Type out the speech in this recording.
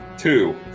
Two